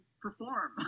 perform